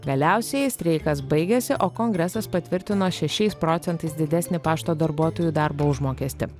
galiausiai streikas baigėsi o kongresas patvirtino šešiais procentais didesnį pašto darbuotojų darbo užmokestį